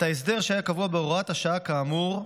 את ההסדר שהיה קבוע בהוראת השעה כאמור,